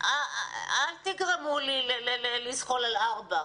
אל תגרמו לי לזחול על ארבע.